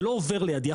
זה לא עובר לידי.